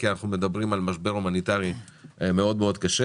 כי אנחנו מדברים על משבר הומניטרי מאוד קשה,